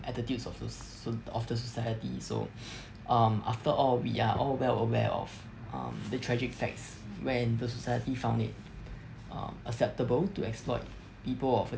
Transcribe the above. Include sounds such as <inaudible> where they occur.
attitudes of those so~ of the society so <breath> um after all we are all well aware of um the tragic facts when the society found it um acceptable to exploit people of